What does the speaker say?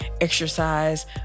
exercise